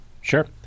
Sure